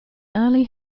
early